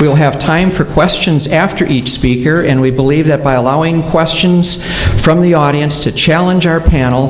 we'll have time for questions after each speaker and we believe that by allowing questions from the audience to challenge our panel